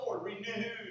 renewed